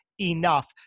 enough